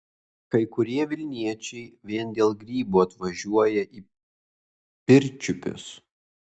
kai kurie vilniečiai vien dėl grybų atvažiuoja į pirčiupius